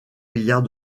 milliard